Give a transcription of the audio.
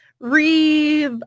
re